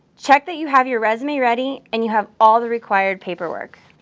check that you have your resume ready, and you have all the required paperwork.